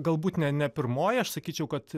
galbūt ne ne pirmoji aš sakyčiau kad